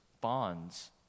bonds